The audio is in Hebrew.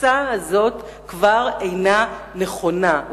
התפיסה הזאת פשוט אינה נכונה עוד.